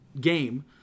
game